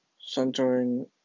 centering